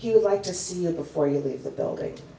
he would like to see him before you leave the building